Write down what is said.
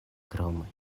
krom